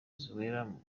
zélande